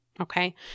Okay